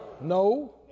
No